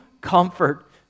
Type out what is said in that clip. comfort